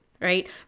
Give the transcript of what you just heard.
right